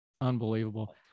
Unbelievable